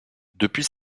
depuis